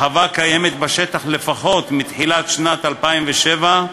החווה קיימת בשטח לפחות מתחילת שנת 2007,